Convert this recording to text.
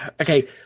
okay